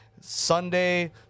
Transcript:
Sunday